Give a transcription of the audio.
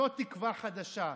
זו תקווה חדשה.